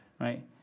right